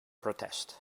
protest